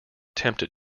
tempted